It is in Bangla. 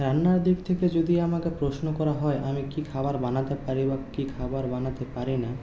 রান্নার দিক থেকে যদি আমাকে প্রশ্ন করা হয় আমি কী খাবার বানাতে পারি বা কী খাবার বানাতে পারি না